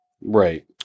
Right